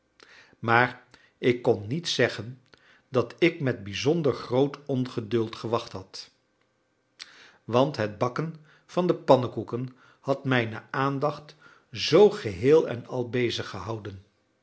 maar ik kon niet zeggen dat ik met bijzonder groot ongeduld gewacht had want het bakken van de pannekoeken had mijne aandacht zoo geheel-en-al beziggehouden dat